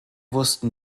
wussten